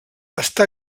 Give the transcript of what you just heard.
està